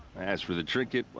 as for the trinket,